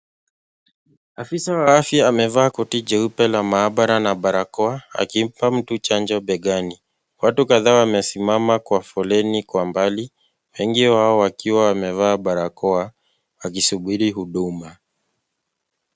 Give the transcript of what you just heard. Afisa wa afya amevaa koti jeupe la maabara na barakoa akimpa mtu chanjo begani . Watu kadhaa wamesimama kwa foleni kwa mbali. Wengi wao wakiwa wamevaa barakoa wakisubiri huduma.